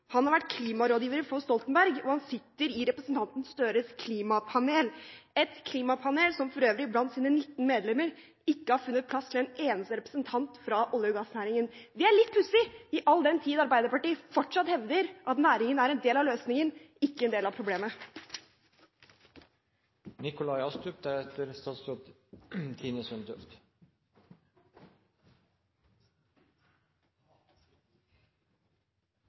han har vært klimarådgiver for Stoltenberg, og han sitter i representanten Gahr Støres klimapanel, et klimapanel som for øvrig – blant sine 19 medlemmer – ikke har funnet plass til en eneste representant fra olje- og gassnæringen. Det er litt pussig, all den tid Arbeiderpartiet fortsatt hevder at næringen er en del av løsningen, ikke en del av